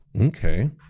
Okay